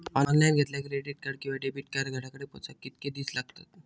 Online घेतला credit card किंवा debit card घराकडे पोचाक कितके दिस लागतत?